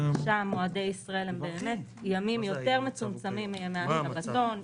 שם מועדי ישראל הם ימים יותר מצומצמים מימי השבתון,